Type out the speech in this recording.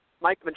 Mike